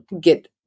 get